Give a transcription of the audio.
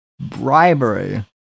bribery